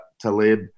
Talib